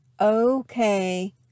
okay